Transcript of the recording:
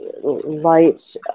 light